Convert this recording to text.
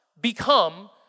become